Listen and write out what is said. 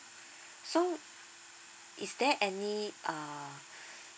so is there any uh